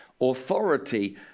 authority